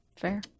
fair